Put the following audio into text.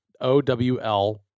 O-W-L